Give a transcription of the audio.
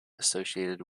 associated